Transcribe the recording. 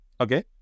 okay